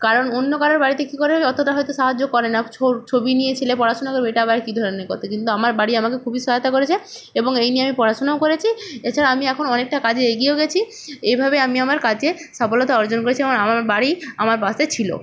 কারণ অন্য কারোর বাড়িতে কী করে অতোটা হয়তো সাহায্য করে না ছবি নিয়ে ছেলে পড়াশোনা করবে এটা এবার কী ধরনের কতা কিন্তু আমার বাড়ি আমাকে খুবই সহায়তা করেছে এবং এই নিয়ে আমি পড়াশোনাও করেছি এছাড়া আমি এখন অনেকটা কাজে এগিয়েও গেছি এইভাবে আমি আমার কাজে সফলতা অর্জন করেছি আমার বাড়ি আমার পাশে ছিলো